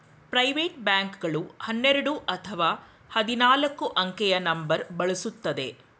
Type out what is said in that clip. private bank ಗಳು ಹನ್ನೆರಡು ಅಥವಾ ಹದಿನಾಲ್ಕು ಅಂಕೆಯ ನಂಬರ್ ಬಳಸುತ್ತದೆ